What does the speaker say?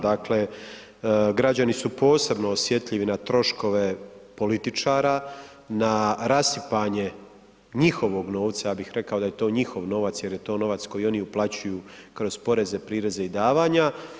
Dakle, građani su posebno osjetljivi na troškove političara, na rasipanje njihovog novca, ja bih rekao da je to njihov novac jer je to novac koji oni uplaćuju kroz poreze, prireze i davanja.